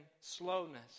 slowness